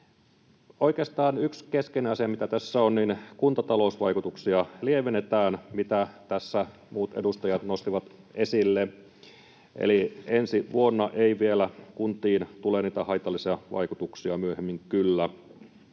yksi keskeinen asia, mikä tässä on: Kuntatalousvaikutuksia lievennetään, niin kuin tässä muut edustajat nostivat esille. Eli ensi vuonna ei vielä kuntiin tule haitallisia vaikutuksia, myöhemmin